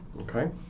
okay